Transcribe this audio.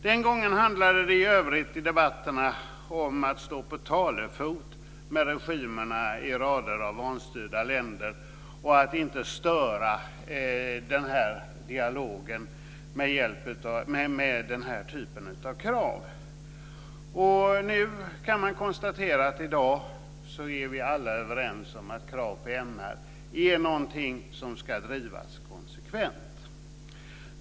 Den gången handlade det i övrigt i debatterna om att stå på talefot med regimerna i rader av vanstyrda länder och att inte störa den dialogen med den här typen av krav. Man kan konstatera att i dag är vi alla överens om att krav på MR är någonting som ska drivas konsekvent.